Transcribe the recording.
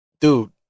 Dude